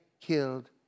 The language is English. killed